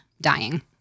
dying